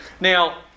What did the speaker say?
Now